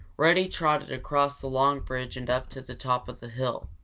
reddy trotted across the long bridge and up to the top of the hill,